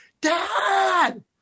dad